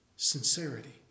sincerity